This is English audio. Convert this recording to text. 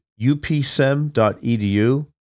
upsem.edu